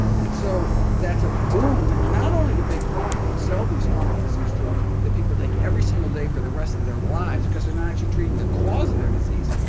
and so that's a boon, not only to big pharma, which sells these chronic disease drugs that people take every single day for the rest of their lives because they're not actually treating the cause of their disease,